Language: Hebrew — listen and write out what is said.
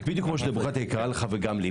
בדיוק כמו שדמוקרטיה יקרה לך וגם לי,